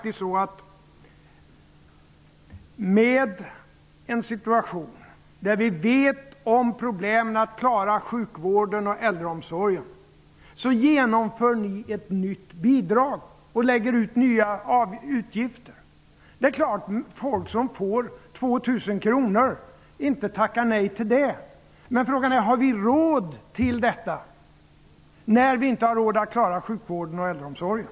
I en situation där vi känner till problemen med att klara sjukvården och äldreomsorgen, inför ni ett nytt bidrag och lägger ut nya utgifter. Det är klart att folk inte tackar nej till att få 2 000 kr. Men frågan är om vi har råd med detta när vi inte har råd att klara sjukvården och äldreomsorgen.